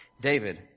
David